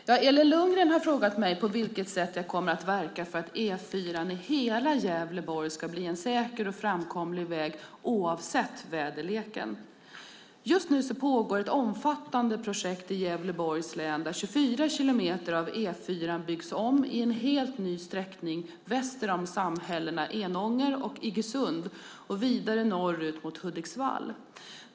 Herr talman! Elin Lundgren har frågat mig på vilket sätt jag kommer att verka för att E4 i hela Gävleborg ska bli en säker och framkomlig väg oavsett väderlek. Just nu pågår ett omfattande projekt i Gävleborgs län där 24 kilometer av E4 byggs om i en helt ny sträckning väster om samhällena Enånger och Iggesund och vidare norrut mot Hudiksvall.